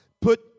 put